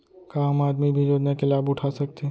का आम आदमी भी योजना के लाभ उठा सकथे?